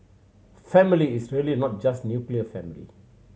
family is really not just nuclear family